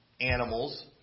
animals